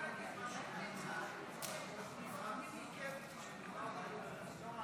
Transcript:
אנחנו נפרדים מקווין.